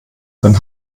dann